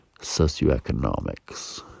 socioeconomics